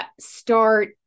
Start